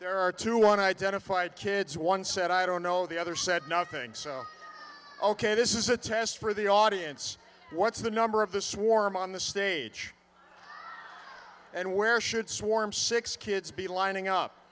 there are two unidentified kids one said i don't know the other said nothing so ok this is a test for the audience what's the number of the swarm on the stage and where should swarm six kids be lining up